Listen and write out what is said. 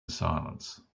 silence